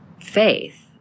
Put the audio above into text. faith